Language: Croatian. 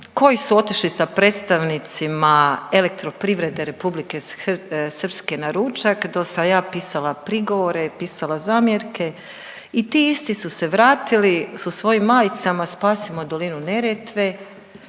koji su otišli sa predstavnicima Elektroprivrede Republike Srpske na ručak, dok sam ja pisala prigovore, pisala zamjerke i ti isti su se vratili sa svojim majicama spasimo dolinu Neretve,